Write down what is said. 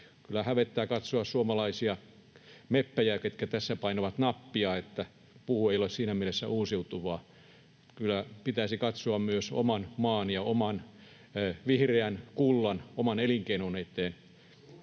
kyllä hävettää katsoa suomalaisia meppejä, jotka tässä painoivat nappia, että puu ei ole siinä mielessä uusiutuvaa. Kyllä pitäisi katsoa myös oman maan ja oman vihreän kullan, oman elinkeinon etua.